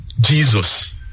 Jesus